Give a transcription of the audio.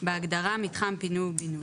בהגדרה "מתחם פינוי ובינוי",